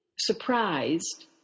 surprised